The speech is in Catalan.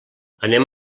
anem